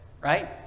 Right